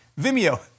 Vimeo